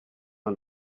and